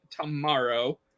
tomorrow